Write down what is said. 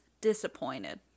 Disappointed